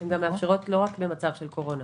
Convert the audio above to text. הן מאפשרות לא רק במצב של קורונה,